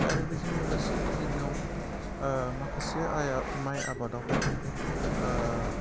आरो बेजों लोगोसे जोंनियाव माखासे माइ आबादावहाय